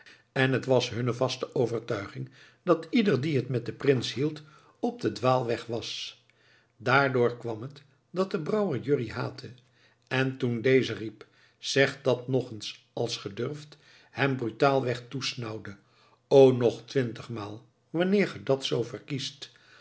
en het was hunne vaste overtuiging dat ieder die het met den prins hield op den dwaalweg was daardoor kwam het dat de brouwer jurrie haatte en toen deze riep zeg dat nog eens als ge durft hem brutaal toesnauwde o nog twintigmaal wanneer ge dat zoo verkiest